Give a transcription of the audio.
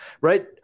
right